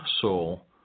soul